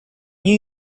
new